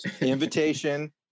invitation